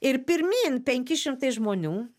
ir pirmyn penki šimtai žmonių